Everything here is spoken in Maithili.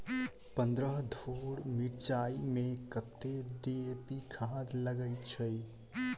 पन्द्रह धूर मिर्चाई मे कत्ते डी.ए.पी खाद लगय छै?